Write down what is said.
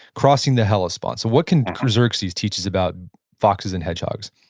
crossing the hellespont. so what can xerxes teach us about foxes and hedgehogs?